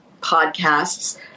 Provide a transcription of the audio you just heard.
podcasts